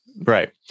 Right